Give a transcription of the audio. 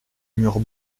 murs